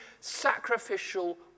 sacrificial